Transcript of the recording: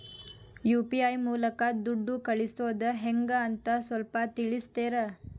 UPI ಮೂಲಕ ದುಡ್ಡು ಕಳಿಸೋದ ಹೆಂಗ್ ಅಂತ ಸ್ವಲ್ಪ ತಿಳಿಸ್ತೇರ?